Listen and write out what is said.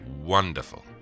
Wonderful